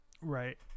right